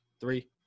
three